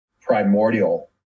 primordial